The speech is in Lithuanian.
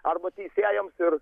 arba teisėjams ir